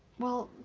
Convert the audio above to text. well,